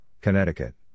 Connecticut